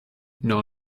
know